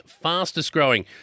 fastest-growing